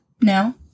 No